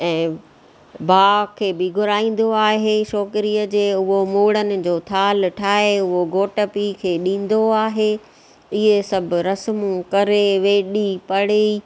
ऐं भाउ खे बि घुराईंदो आहे छोकिरीअ जे उहो मूड़नि जो थाल ठाहे उहो घोट पीउ खे ॾींदो आहे इहे सभु रस्मूं करे वेॾी पढ़ी